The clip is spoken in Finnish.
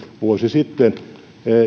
vuosi sitten